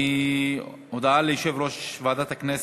התשע"ד 2014, לוועדת העבודה,